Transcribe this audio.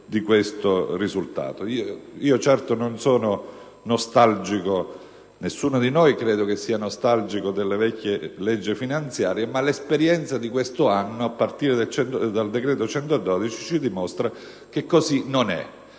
Io certo non sono nostalgico - nessuno di noi credo lo sia - delle vecchie leggi finanziarie, ma l'esperienza di quest'anno, a partire dal decreto n. 112 del 2008, ci dimostra che così non è;